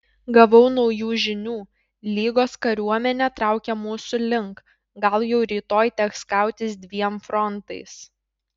gavau naujų žinių lygos kariuomenė traukia mūsų link gal jau rytoj teks kautis dviem frontais